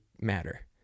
matter